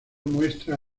muestra